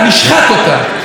נשחט אותן.